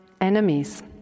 enemies